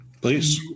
Please